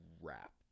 wrapped